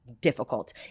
difficult